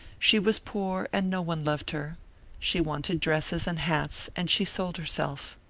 she was poor and no one loved her she wanted dresses and hats and she sold herself.